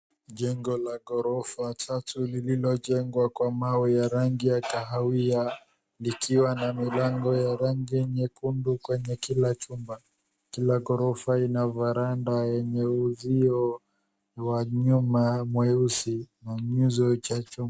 Jengo la gorofa chache lililojengwa kwa mawe ya rangi ya kahawia likiwa na milango ya rangi nyekundu kwenye kila chumba kila gorofa ina verandah yenye uuzio wa nyuma mweusi na nyuizo ya chuma.